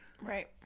right